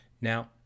Now